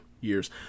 years